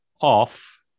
off